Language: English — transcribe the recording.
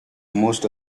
most